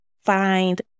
find